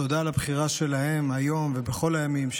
תודה על הבחירה שלהם היום ובכל הימים,